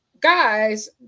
guys